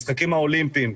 במשחקים האולימפיים,